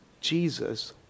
Jesus